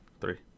Three